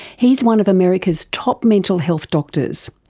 he is one of america's top mental health doctors,